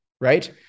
Right